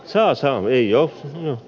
sää sallii jo nyt